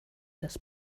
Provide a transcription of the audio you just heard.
das